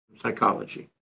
psychology